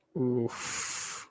Oof